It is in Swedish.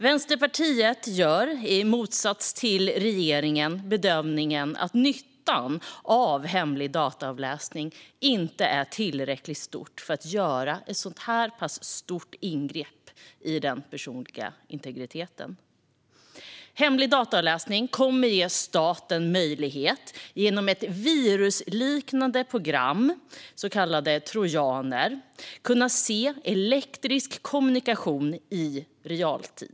Vänsterpartiet gör i motsats till regeringen bedömningen att nyttan av hemlig dataavläsning inte är tillräckligt stor för att göra ett så här stort ingrepp i den personliga integriteten. Hemlig dataavläsning kommer att ge staten möjlighet att genom ett virusliknande program med så kallade trojaner se elektronisk kommunikation i realtid.